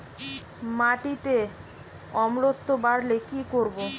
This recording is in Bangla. মাটিতে অম্লত্ব বাড়লে কি করব?